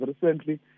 recently